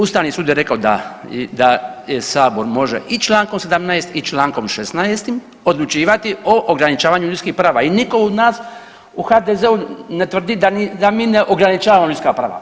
Ustavni sud je rekao da Sabor može i čl. 17. i čl. 16. odlučivati o ograničavanju ljudskih prava i niko od nas u HDZ-u ne tvrdi da mi ne ograničavamo ljudska prava.